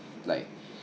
like